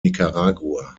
nicaragua